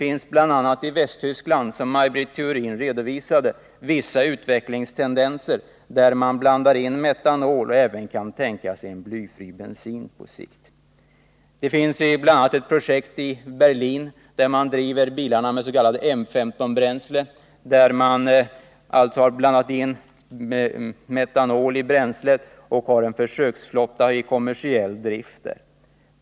I bl.a. Västtyskland finns, som Maj Britt Theorin redovisade, vissa tendenser att blanda in metanol i bensinen. Där kan man även på sikt tänka sig blyfri bensin. I Berlin pågår ett projekt i vilket man driver bilarna med s.k. M 15-bränsle. Man har alltså blandat in metanol i bränslet. I projektet ingår en försöksflotta som är i kommersiell drift.